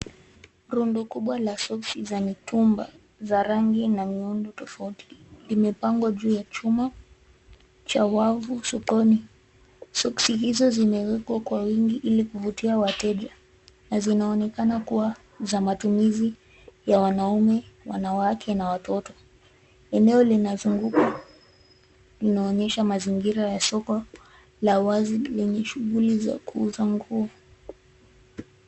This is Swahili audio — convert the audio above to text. Rundo kubwa la soksi za mitumba za rangi na miundo tofauti imepangwa juu ya chuma cha wavu sokoni. Soksi hizo zimewekwa kwa wingi ili kuvutia wateja na zinaonekana kuwa za matumizi ya wanaume, wanawake na watoto. Eneo linazunguka linaonyesha mazingira ya soko la awazi lenye shughuli za kuuza nguo.